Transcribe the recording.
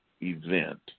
event